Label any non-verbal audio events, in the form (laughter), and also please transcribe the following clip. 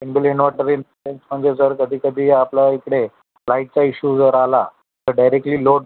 inbuilt inverter (unintelligible) म्हणजे जर कधी कधी आपल्या इकडे लाईटचा इश्यू जर आला तर डायरेक्टली लोड